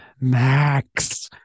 Max